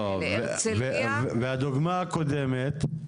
לא, והדוגמא הקודמת,